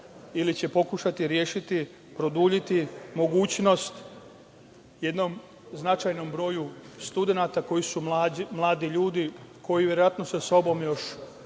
ili će pokušati rešiti, produžiti mogućnost jednom značajnom broju studenata koji su mladi ljudi, koji verovatno sa sobom još